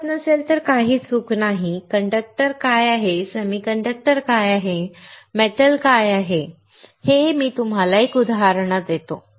आठवत नसेल तर काही चूक नाही कंडक्टर काय आहे सेमीकंडक्टर काय आहे धातू काय आहे ठीक आहे मी तुम्हाला एक उदाहरण देतो